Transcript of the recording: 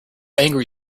angry